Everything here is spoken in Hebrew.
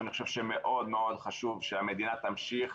שאני חושב שמאוד מאוד חשוב שהמדינה תמשיך